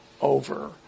over